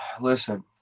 Listen